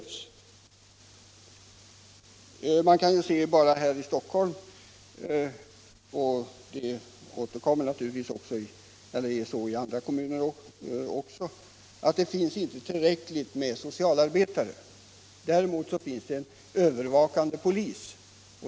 Vi kan bara se på förhållandena i Stockholm — förhållandena är likartade i många andra kommuner — där antalet socialarbetare inte är tillräckligt. Däremot finns det en övervakande polis.